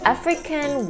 African